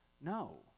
No